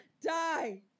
die